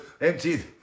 Empty